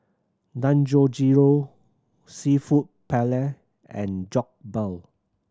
Dangojiru Seafood Paella and Jokbal